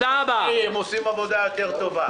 הם עושים עבודה טובה יותר.